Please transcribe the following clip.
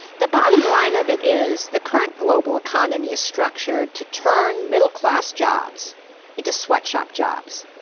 the bottom line of it is the current global economy is structured to turn middle class jobs into sweatshop jobs.